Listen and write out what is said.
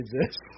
exist